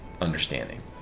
understanding